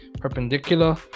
perpendicular